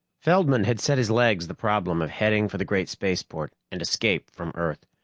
feldman had set his legs the problem of heading for the great spaceport and escape from earth,